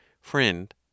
Friend